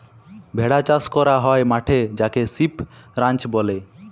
ভেড়া চাস ক্যরা হ্যয় মাঠে যাকে সিপ রাঞ্চ ব্যলে